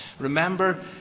Remember